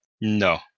No